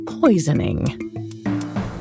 poisoning